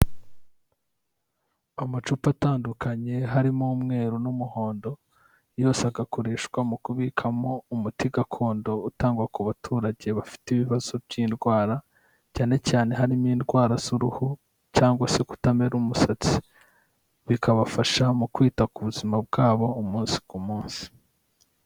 Amacupa atandukanye harimo umweru n'umuhondo, yose agakoreshwa mu kubikamo umuti gakondo utangwa ku baturage bafite ibibazo by'indwara, cyane cyane harimo indwara z'uruhu cyangwa se kutamera umusatsi. Bikabafasha mu kwita ku buzima bwabo umunsi ku munsi.